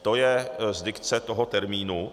To je z dikce toho termínu.